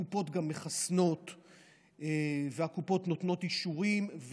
הקופות גם מחסנות והקופות נותנות אישורים.